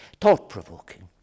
thought-provoking